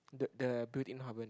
the the built in hoven